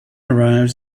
arrives